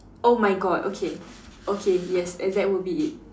oh my god okay okay yes and that would be it